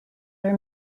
are